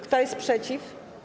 Kto jest przeciw?